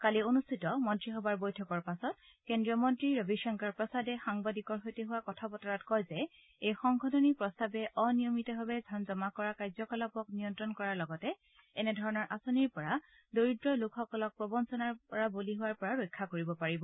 কালি অনুষ্ঠিত কেবিনেট বৈঠকৰ পাছত কেজ্ৰীয় মন্ত্ৰী ৰবি শংকৰ প্ৰসাদে সাংবাদিকৰ সৈতে হোৱা কথা বতৰাত কয় যে এই সংশোধনী প্ৰস্তাৱে অনিয়মিতভাৱে ধন জমা কৰা কাৰ্যকলাপক নিয়ন্ত্ৰণ কৰাৰ লগতে এনেধৰণৰ আঁচনিৰ পৰা দৰিদ্ৰ লোকসকলক প্ৰবঞ্ণনাৰ বলি হোৱাৰ পৰা ৰক্ষা কৰিব পাৰিব